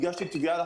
הגשתי תביעה.